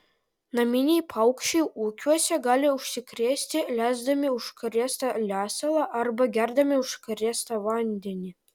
naminiai paukščiai ūkiuose gali užsikrėsti lesdami užkrėstą lesalą arba gerdami užkrėstą vandenį